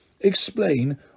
explain